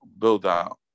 build-out